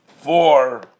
four